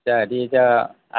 হেৰি এতিয়া